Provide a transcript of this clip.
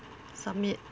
submit